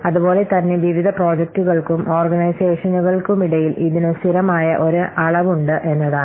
അതുപോലെ തന്നെ വിവിധ പ്രോജക്ടുകൾക്കും ഓർഗനൈസേഷനുകൾക്കുമിടയിൽ ഇതിനു സ്ഥിരമായ ഒരു അളവുണ്ട് എന്നതാണ്